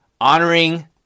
honoring